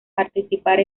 participar